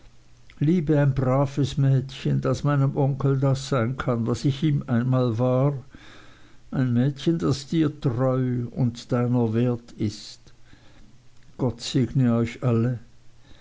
liebe ein braves mädchen das meinem onkel das sein kann was ich ihm einmal war ein mädchen das dir treu ist und deiner wert gott segne euch alle